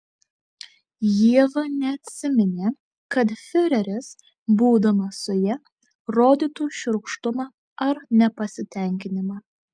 ieva neatsiminė kad fiureris būdamas su ja rodytų šiurkštumą ar nepasitenkinimą